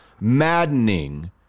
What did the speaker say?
maddening